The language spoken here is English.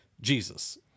Jesus